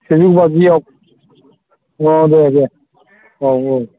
सेजौ बाजिआव दे औ औ